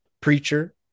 preacher